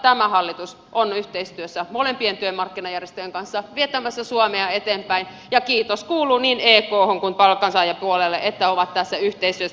tämä hallitus on yhteistyössä molempien työmarkkinajärjestöjen kanssa vetämässä suomea eteenpäin ja kiitos kuuluu niin eklle kuin palkansaajapuolelle että ovat tässä yhteistyössä talkoissa mukana